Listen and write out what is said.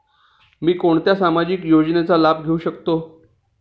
मी कोणत्या सामाजिक योजनेचा लाभ घेऊ शकते?